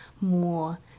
more